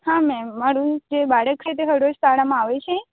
હા મેમ મારુ જે બાળક છે એ હરરોજ શાળામાં આવે છે